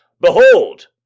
Behold